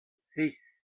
six